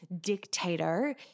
dictator